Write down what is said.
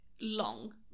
long